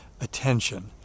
attention